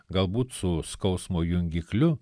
galbūt su skausmo jungikliu